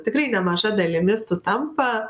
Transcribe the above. tikrai nemaža dalimi sutampa